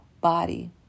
body